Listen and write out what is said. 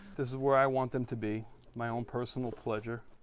this is where i want them to be my own personal pleasure.